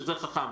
שזה חכם.